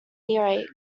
earache